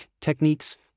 techniques